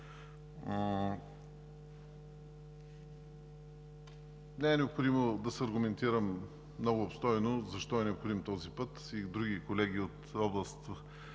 е непроходим. Няма да се аргументирам много обстойно защо е необходим този път. И други колеги от областите